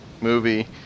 movie